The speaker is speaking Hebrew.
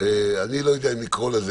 אני לא יודע אם לקרוא לזה,